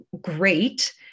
great